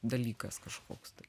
dalykas kažkoks tai